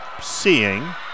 seeing